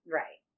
right